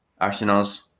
Arsenal's